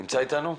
בבקשה.